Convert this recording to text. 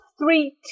three